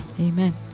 Amen